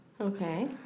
Okay